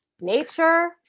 nature